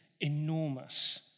enormous